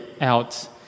out